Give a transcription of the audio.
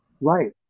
Right